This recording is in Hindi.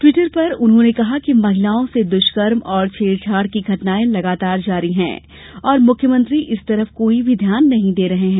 ट्वीटर पर उन्होंने कहा कि महिलाओं से दृष्कर्म और छेड़छाड़ की घटनायें लगातार जारी हैं और मुख्यमंत्री इस तरफ कोई भी ध्यान नहीं दे रहे हैं